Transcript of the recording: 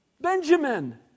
Benjamin